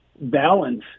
balance